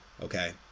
Okay